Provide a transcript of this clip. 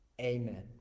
Amen